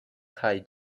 kaj